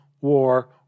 war